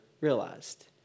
realized